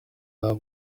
muri